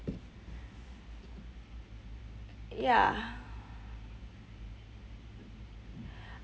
ya